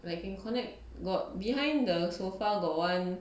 like can connect got behind the sofa got one